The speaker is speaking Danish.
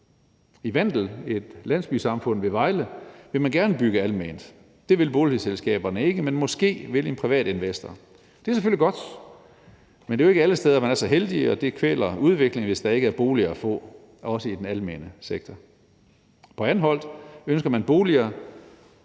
I Vandel, et landsbysamfund ved Vejle, vil man gerne bygge alment. Det vil boligselskaberne ikke, men måske vil en privat investor. Det er selvfølgelig godt, men det er jo ikke alle steder, man er så heldig, og det kvæler udviklingen, hvis der ikke er boliger at få, også i den almene sektor. På Anholt ønsker man boliger,